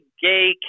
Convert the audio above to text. gay